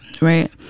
right